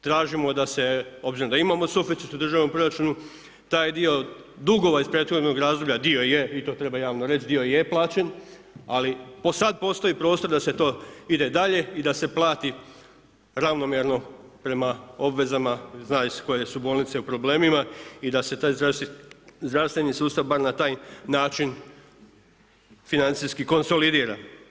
Tražimo da se, obzirom da imamo suficit u državnom proračunu, taj dio dugova iz prethodnog razdoblja, dio je i to treba javno reći, dio je plaćen, ali sada postoji prostro da ide dalje i da se plati prema obvezama, zna iz koje su bolnice u problemima i da se taj zdravstveni sustav, bar na taj način financijski konsolidira.